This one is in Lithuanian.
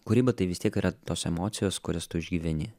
kūryba tai vis tiek yra tos emocijos kurias tu išgyveni